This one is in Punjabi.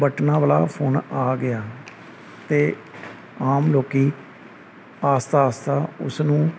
ਬਟਨਾਂ ਵਾਲਾ ਫੋਨ ਆ ਗਿਆ ਅਤੇ ਆਮ ਲੋਕ ਆਸਤਾ ਆਸਤਾ ਉਸਨੂੰ